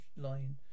line